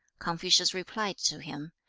confucius replied to him,